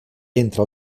entre